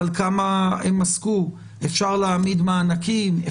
אפשר להעמיד מענקים.